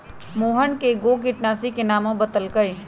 मोहन कै गो किटनाशी के नामो बतलकई